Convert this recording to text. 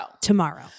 Tomorrow